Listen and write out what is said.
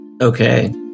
Okay